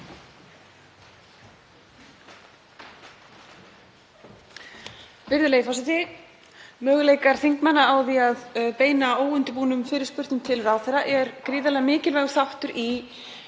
Virðulegi forseti. Möguleikar þingmanna til að beina óundirbúnum fyrirspurnum til ráðherra er gríðarlega mikilvægur þáttur í